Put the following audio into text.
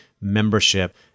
membership